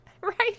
Right